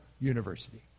University